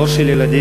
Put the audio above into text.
דור של ילדים,